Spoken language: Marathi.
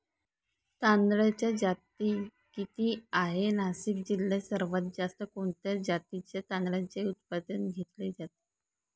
तांदळाच्या जाती किती आहेत, नाशिक जिल्ह्यात सर्वात जास्त कोणत्या जातीच्या तांदळाचे उत्पादन घेतले जाते?